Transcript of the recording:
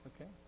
Okay